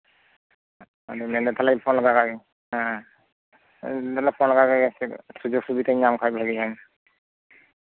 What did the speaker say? ᱟᱫᱚ ᱢᱮᱱ ᱫᱟ ᱛᱟᱞᱦᱮ ᱯᱷᱳᱱ ᱞᱮᱜᱟ ᱠᱟᱜ ᱜᱤᱧ ᱦᱮᱸ ᱢᱮᱱ ᱫᱟᱹᱧ ᱯᱷᱳᱱ ᱞᱮᱜᱟ ᱠᱟᱜ ᱜᱮ ᱡᱩᱫᱤ ᱥᱩᱡᱳᱜᱽ ᱥᱩᱵᱤᱫᱷᱟᱧ ᱧᱟᱢ ᱠᱷᱟᱱ ᱫᱚ